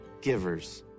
givers